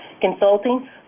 consulting